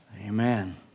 Amen